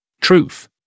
truth